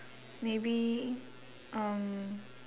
maybe um